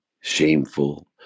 shameful